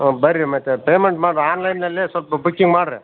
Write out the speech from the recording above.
ಹ್ಞೂ ಬನ್ರಿ ಮತ್ತೆ ಪೇಮೆಂಟ್ ಮಾಡಿ ರೀ ಆನ್ಲೈನ್ನಲ್ಲೆ ಸ್ವಲ್ಪ ಬುಕಿಂಗ್ ಮಾಡಿ ರೀ